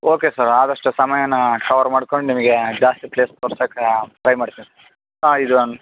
okay sir ಆದಷ್ಟು ಸಮಯನ cover ಮಾಡ್ಕೊಂಡು ನಿಮಗೆ ಜಾಸ್ತಿ ಪ್ಲೇಸ್ ತೋರ್ಸಾಕ ಟ್ರೈ ಮಾಡ್ತೀನಿ ಹಾಂ ಇದೊಂದು